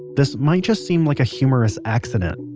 this might just seem like a humorous accident,